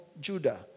Judah